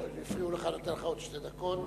הפריעו לך, אני נותן לך עוד שתי דקות.